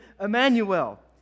Emmanuel